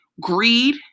greed